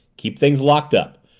keep things locked up.